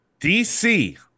DC